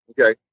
okay